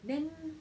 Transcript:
then